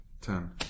ten